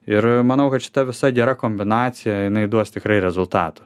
ir manau kad šita visa gera kombinacija jinai duos tikrai rezultatų